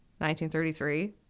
1933